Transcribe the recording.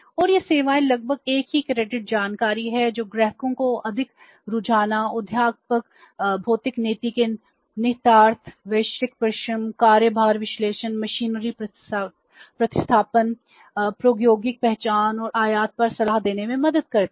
और ये सेवाएं लगभग एक ही क्रेडिट जानकारी हैं जो ग्राहकों को आर्थिक रुझानों उद्योग पर भौतिक नीति के निहितार्थ वैश्विक परिदृश्य कार्य भार विश्लेषण मशीनरी प्रतिस्थापन प्रौद्योगिकी पहचान और आयात पर सलाह देने में मदद करती हैं